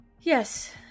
Yes